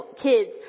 kids